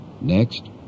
Next